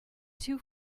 too